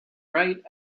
right